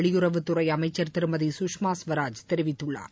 வெளியுறவுத்துறை அமைச்சர் திருமதி சுஷ்மா ஸ்வராஜ் தெரிவித்துள்ளார்